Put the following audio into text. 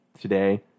today